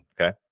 okay